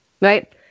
right